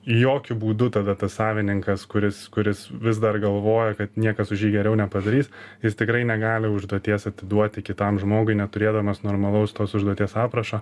jokiu būdu tada tas savininkas kuris kuris vis dar galvoja kad niekas už jį geriau nepadarys jis tikrai negali užduoties atiduoti kitam žmogui neturėdamas normalaus tos užduoties aprašo